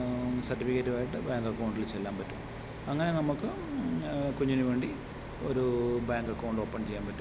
സർട്ടിഫിക്കറ്റുമായിട്ട് bank അക്കൗണ്ടിൽ ചെല്ലാൻ പറ്റും അങ്ങനെ നമുക്ക് കുഞ്ഞിന് വേണ്ടി ഒരു ബാങ്ക് അക്കൗണ്ട് ഓപ്പൺ ചെയ്യാൻ പറ്റും